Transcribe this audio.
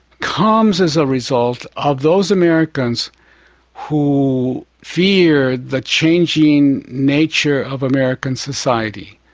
comes as a result of those americans who fear the changing nature of american society,